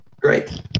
Great